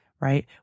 right